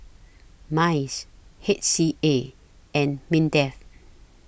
Minds H S A and Mindef